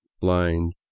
blind